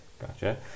Gotcha